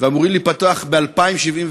ואמורים להיפתח ב-2071.